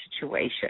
situation